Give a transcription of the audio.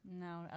No